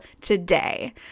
today